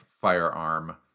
firearm